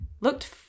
looked